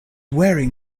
wearing